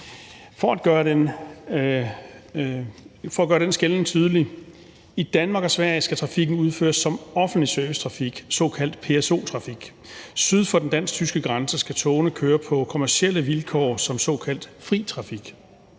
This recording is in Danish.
For at gøre den skelnen tydelig: I Danmark og Sverige skal trafikken udføres som offentlig servicetrafik, såkaldt PSO-trafik. Syd for den dansk-tyske grænse skal togene køre på kommercielle vilkår som såkaldt fri trafik.